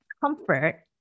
comfort